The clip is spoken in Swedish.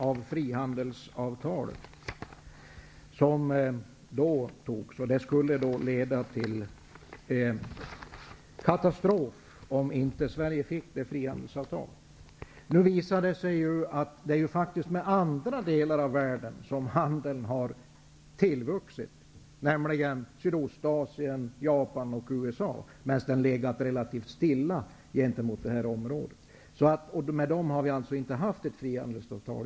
Då sades det att det skulle leda till katastrof om inte Sverige fick detta avtal. Nu visar det sig att det faktiskt är med andra delar av världen som handeln har vuxit, nämligen Sydöstasien, Japan och USA, medan den legat relativt stilla gentemot Västeuropa. Med de länder som vi har utökat vårt handelsutbyte med har vi alltså inte haft något frihandelsavtal.